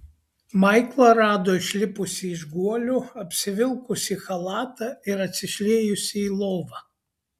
maiklą rado išlipusį iš guolio apsivilkusį chalatą ir atsišliejusį į lovą